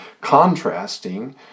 contrasting